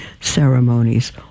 ceremonies